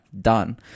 done